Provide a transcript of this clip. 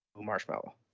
marshmallow